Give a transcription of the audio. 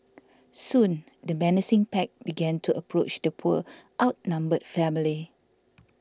soon the menacing pack began to approach the poor outnumbered family